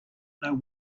know